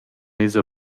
esa